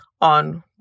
on